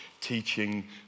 teaching